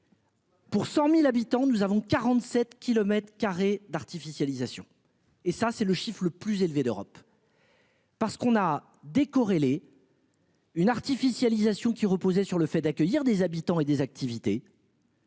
Pour 100.000 habitants, nous avons 47 km2 d'artificialisation et ça, c'est le chiffre le plus élevé d'Europe. Parce qu'on a décorrélés. Une artificialisation qui reposait sur le fait d'accueillir des habitants et des activités.